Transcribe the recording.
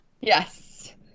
Yes